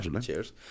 cheers